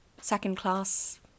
second-class